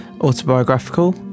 autobiographical